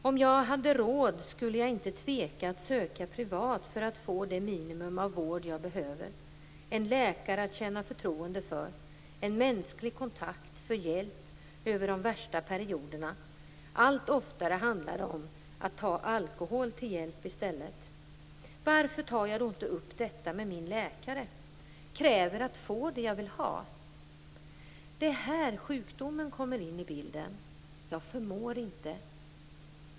Om jag hade råd skulle jag inte tveka att söka privat för att få det minimum av vård jag behöver, en läkare att känna förtroende för, en mänsklig kontakt för hjälp över de värsta perioderna. Allt oftare handlar det om att ta alkohol till hjälp i stället. Varför tar jag inte upp detta med min läkare och kräver att få det jag vill ha? Det är här sjukdomen kommer in i bilden. Jag förmår inte.